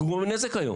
רק שהוא גורם נזק היום.